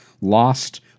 Lost